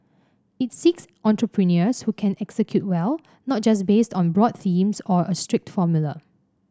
it seeks entrepreneurs who can execute well not just based on broad themes or a strict formula